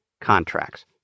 contracts